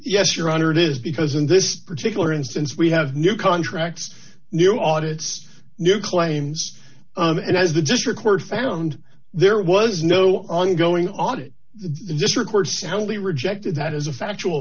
yes your honor it is because in this particular instance we have new contracts new audit new claims and as the district court found there was no ongoing audit the record soundly rejected that as a factual